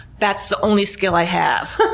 that's the only skill i have.